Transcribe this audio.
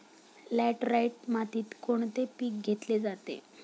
Laterite मातीत कोणते पीक घेतले जाते?